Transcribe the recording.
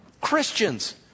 Christians